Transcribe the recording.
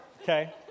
okay